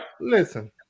Listen